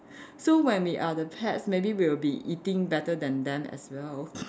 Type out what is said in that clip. so when we are the pets maybe we'll be eating better than them as well